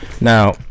now